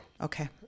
Okay